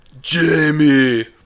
Jamie